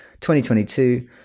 2022